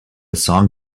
song